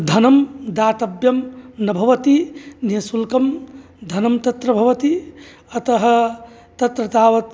धनं दातव्यं न भवति निश्शुल्कं धनं तत्र भवति अतः तत्र तावत्